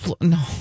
No